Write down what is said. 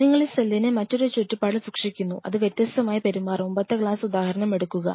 നിങ്ങൾ ഈ സെല്ലിനെ മറ്റൊരു ചുറ്റുപാടിൽ സൂക്ഷിക്കുന്നു അത് വ്യത്യസ്തമായി പെരുമാറും മുമ്പത്തെ ക്ലാസ് ഉദാഹരണം എടുക്കുക